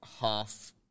half